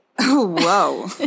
Whoa